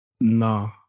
Nah